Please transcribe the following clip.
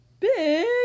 BIG